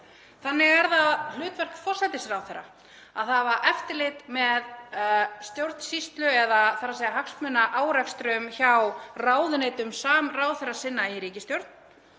Þannig er það hlutverk forsætisráðherra að hafa eftirlit með stjórnsýslu, þ.e. hagsmunaárekstrum hjá ráðuneytum samráðherra sinna í ríkisstjórn,